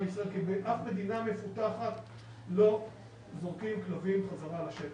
לישראל כי באף מדינה מפותחת לא זורקים כלבים חזרה לשטח.